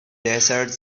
desert